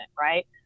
right